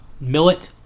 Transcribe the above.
millet